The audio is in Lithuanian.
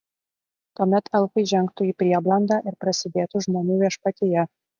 tuomet elfai žengtų į prieblandą ir prasidėtų žmonių viešpatija